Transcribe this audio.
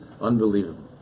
unbelievable